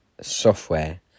software